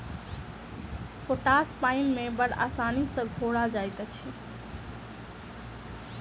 potash पाइन मे बड़ आसानी सॅ घोरा जाइत अछि